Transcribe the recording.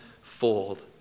fold